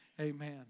amen